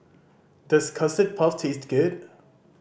does Custard Puff taste good